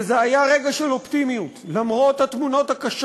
וזה היה רגע של אופטימיות, למרות התמונות הקשות